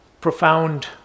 profound